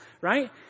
right